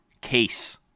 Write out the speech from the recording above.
case